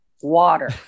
water